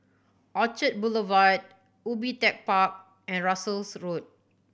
Orchard Boulevard Ubi Tech Park and Russels Road